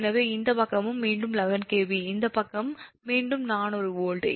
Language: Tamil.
எனவே இந்தப் பக்கமும் மீண்டும் 11 𝑘𝑉 இந்தப் பக்கம் மீண்டும் 400 வோல்ட்